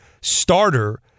starter